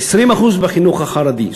20% בחינוך החרדי.